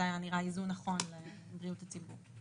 זה נראה כאיזון נכון לבריאות הציבור.